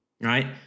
right